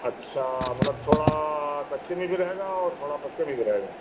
अच्छा मतलब थोड़ा कच्चे में भी रहेगा और थोड़ा पक्के में भी रहेगा